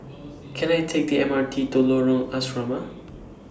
Can I Take The M R T to Lorong Asrama